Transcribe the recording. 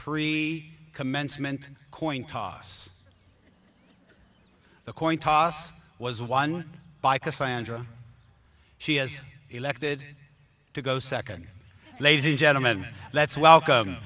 commencement coin toss the coin toss was won by cassandra she has elected to go second lazy gentlemen let's welcome